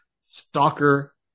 stalker